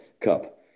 cup